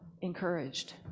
encouraged